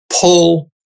pull